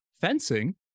fencing